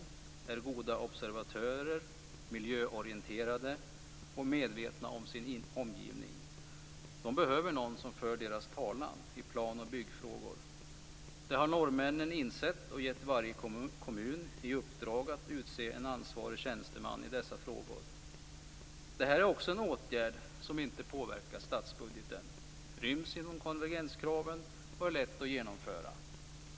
De är goda observatörer, miljöorienterade och medvetna om sin omgivning. De behöver någon som för deras talan i plan och byggfrågor. Norrmännen har insett detta och gett varje kommun i uppdrag att utse en ansvarig tjänsteman i dessa frågor. Det här är också en åtgärd som inte påverkar statsbudgeten, som ryms inom konvergenskraven och som är lätt att genomföra.